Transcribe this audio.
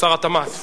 שר התמ"ת.